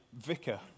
vicar